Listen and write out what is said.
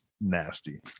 nasty